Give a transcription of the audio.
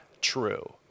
true